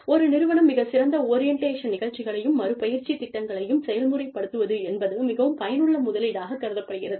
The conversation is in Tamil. ஒரு நிறுவனம் மிகச் சிறந்த ஓரியண்டேஷன் நிகழ்ச்சிகளையும் மறு பயிற்சி திட்டங்களையும் செயல்முறைப் படுத்துவதென்பது மிகவும் பயனுள்ள முதலீடாகக் கருதப் படுகிறது